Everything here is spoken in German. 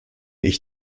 ich